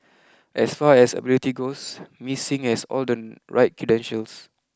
as far as ability goes Ms Sing has all the right credentials